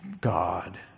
God